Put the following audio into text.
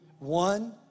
One